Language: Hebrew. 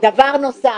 דבר נוסף,